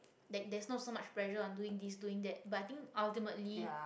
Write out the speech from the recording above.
like there's not so much pressure on doing this doing that but i think ultimately